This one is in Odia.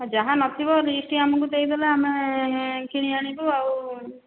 ହଁ ଯାହା ନଥିବ ଲିଷ୍ଟ ଆମକୁ ଦେଇଦେଲେ ଆମେ କିଣି ଆଣିବୁ ଆଉ